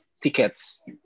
tickets